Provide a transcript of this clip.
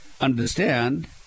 Understand